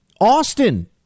Austin